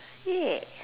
yeah